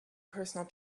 personal